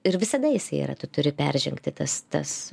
ir visada jisai yra tu turi peržengti tas tas